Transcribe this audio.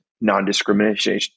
non-discrimination